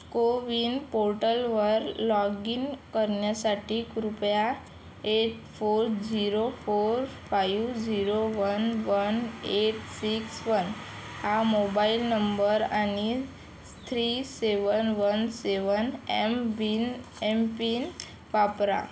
कोविन पोर्टलवर log in करण्यासाठी कृपया eight four zero four five zero one one eight six one हा mobile number आणि three seven one seven M व्हीन M PIN वापरा